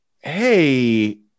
Hey